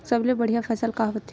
सबले बढ़िया फसल का होथे?